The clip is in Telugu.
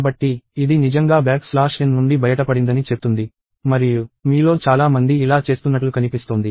కాబట్టి ఇది నిజంగా బ్యాక్ స్లాష్ n నుండి బయటపడిందని చెప్తుంది మరియు మీలో చాలా మంది ఇలా చేస్తున్నట్లు కనిపిస్తోంది